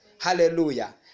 hallelujah